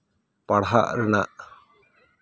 ᱯᱟᱲᱦᱟᱜ ᱨᱮᱱᱟᱜ